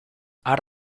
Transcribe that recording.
are